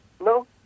No